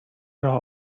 راه